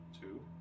Two